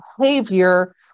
behavior